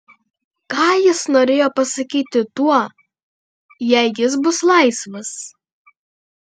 ką jis norėjo pasakyti tuo jei jis bus laisvas